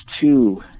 two